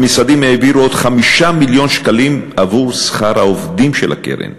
המשרדים העבירו עוד 5 מיליון שקלים עבור שכר העובדים של הקרן,